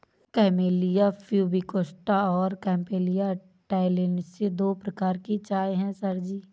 camellia pubicosta और camellia taliensis दो प्रकार की चाय है सर जी